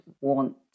want